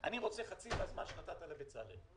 אני רוצה חצי מהזמן שנתת לבצלאל.